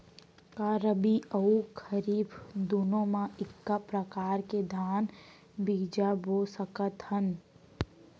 का रबि अऊ खरीफ दूनो मा एक्के प्रकार के धान बीजा बो सकत हन?